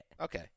Okay